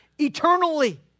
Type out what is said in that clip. eternally